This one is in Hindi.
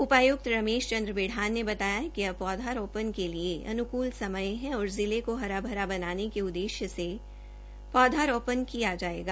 उपायुक्त रमेश चंद्र बिढान ने बताया कि अब पौधा रोपण के लिए अनुकूल समय है और जिले को हरा भरा बनाने के उद्देश्य से पौधा रोपण किया जायेगा